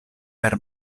per